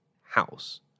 house